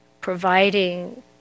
providing